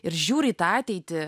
ir žiūri į tą ateitį